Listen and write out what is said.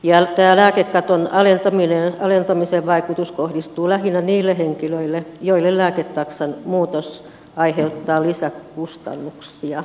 tämä lääkekaton alentamisen vaikutus kohdistuu lähinnä niihin henkilöihin joille lääketaksan muutos aiheuttaa lisäkustannuksia